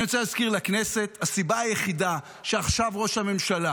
אני רוצה להזכיר לכנסת: הסיבה היחידה שעכשיו ראש הממשלה